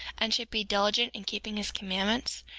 and should be diligent in keeping his commandments,